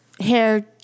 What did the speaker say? hair